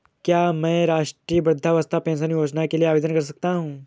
क्या मैं राष्ट्रीय वृद्धावस्था पेंशन योजना के लिए आवेदन कर सकता हूँ?